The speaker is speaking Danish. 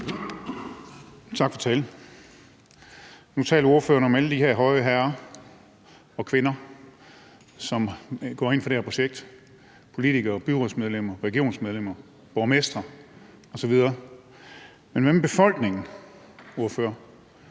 Tak for talen. Ordføreren talte om alle de her høje herrer og kvinder, som går ind for det her projekt, såsom politikere, byrådsmedlemmer og regionsrådsmedlemmer og borgmestre osv., men hvad med befolkningen, ordfører?